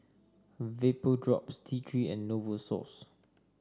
Vapodrops T Three and Novosource